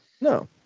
no